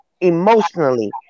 emotionally